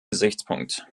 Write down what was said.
gesichtspunkt